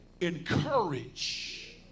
encourage